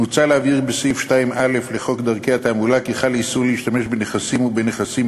מוצע להבהיר בסעיף 2א לחוק דרכי תעמולה כי חל איסור להשתמש בנכסים ובנכסים